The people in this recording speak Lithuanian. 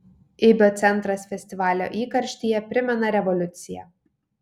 ibio centras festivalio įkarštyje primena revoliuciją